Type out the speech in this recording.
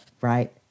right